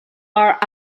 are